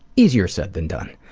easier said than done.